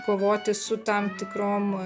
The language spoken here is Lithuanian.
kovoti su tam tikrom